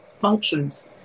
functions